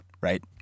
right